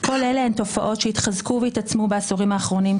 כל אלה הן תופעות שהתחזקו והתעצמו בעשורים האחרונים,